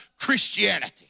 Christianity